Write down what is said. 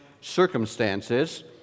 circumstances